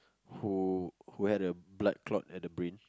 who who had a blood clot at the brain